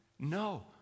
no